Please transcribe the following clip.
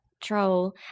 troll